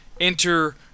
enter